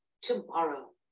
tomorrow